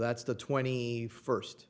that's the twenty first